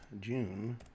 June